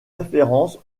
référence